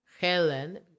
Helen